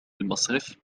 المصرف